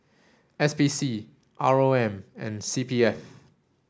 S P C R O M and C P F